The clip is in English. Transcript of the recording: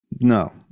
no